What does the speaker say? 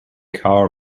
car